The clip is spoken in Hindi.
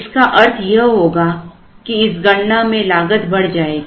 इसका अर्थ यह होगा कि इस गणना में लागत बढ़ जाएगी